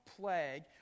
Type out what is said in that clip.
plague